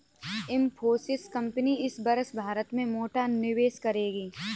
Infosys company इस वर्ष भारत में मोटा निवेश करेगी